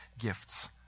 gifts